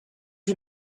him